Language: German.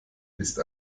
ist